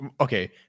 Okay